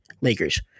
Lakers